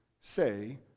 say